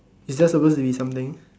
is there suppose to be something